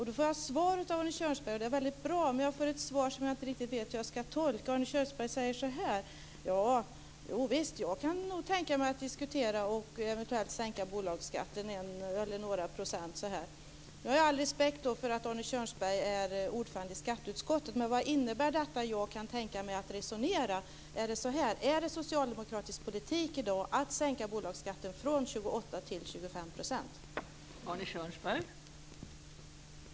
Då fick jag ett svar från Arne Kjörnsberg. Det var bra, men jag fick ett svar som jag inte riktigt vet hur jag ska tolka. Han sade följande: "Jovisst, jag kan nog tänka mig att diskutera och eventuellt sänka bolagsskatten en eller några procent." Jag har all respekt för att Arne Kjörnsberg är ordförande i skatteutskottet, men vad innebär "jag kan tänka mig att diskutera"? Är det socialdemokratisk politik i dag att sänka bolagsskatter från 28 % till